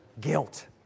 guilt